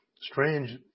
strange